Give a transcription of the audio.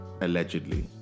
allegedly